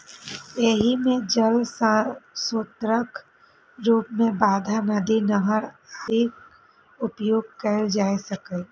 एहि मे जल स्रोतक रूप मे बांध, नदी, नहर आदिक उपयोग कैल जा सकैए